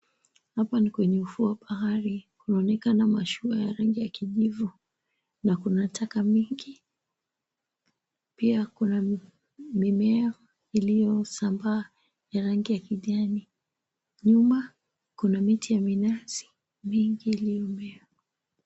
Hapa ni kwenye ufuo wa bahari. Kunaonekana mashua ya rangi ya kijivu na kuna taka mingi. Pia kuna mimea iliyosambaa ya rangi ya kijani. Nyuma kuna miti ya minazi mingi iliyomea.